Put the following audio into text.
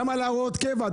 למה להוראות קבע?